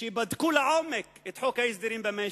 שבדקו לעומק את חוק ההסדרים במשק,